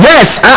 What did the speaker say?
Yes